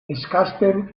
eskasten